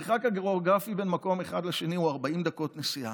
המרחק הגיאוגרפי בין מקום אחד לשני הוא 40 דקות נסיעה.